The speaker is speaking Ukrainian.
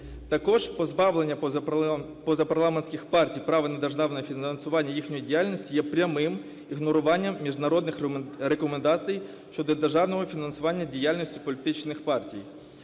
Також позбавлення позапарламентських партій права на державне фінансування їхньої діяльності є прямим ігноруванням міжнародних рекомендацій щодо державного фінансування діяльності політичних партій.